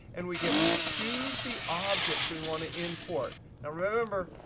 and we get to choose the objects we want to import. and remember,